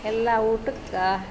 ಎಲ್ಲ ಊಟಕ್ಕೆ